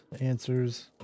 answers